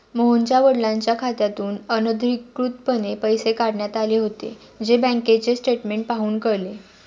मोहनच्या वडिलांच्या खात्यातून अनधिकृतपणे पैसे काढण्यात आले होते, जे बँकेचे स्टेटमेंट पाहून कळले